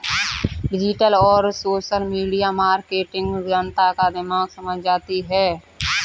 digital और social media marketing जनता का दिमाग समझ जाती है